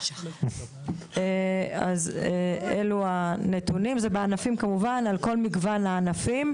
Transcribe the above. זה על כל מגון הענפים.